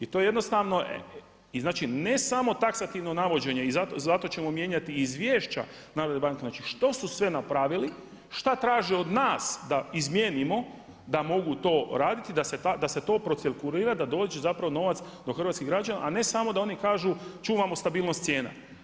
I to je jednostavno, i znači ne samo taksativno navođenje i zato ćemo mijenjati izvješća narodne banke, znači šta su sve napravili, šta traže od nas da izmijenimo da mogu to raditi da se to procirkulira da dođe zapravo novac do hrvatskih građana a ne samo da oni kažu čuvamo stabilnost cijena.